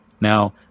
Now